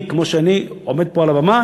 כמו שאני עומד פה על הבמה,